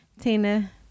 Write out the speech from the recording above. Tina